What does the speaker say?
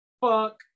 Fuck